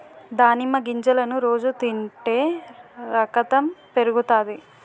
దానిమ్మ గింజలను రోజు తింటే రకతం పెరుగుతాది